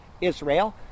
Israel